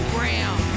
Graham